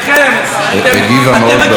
הגיבה מאוד ברור.